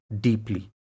deeply